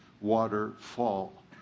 waterfall